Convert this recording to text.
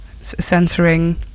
censoring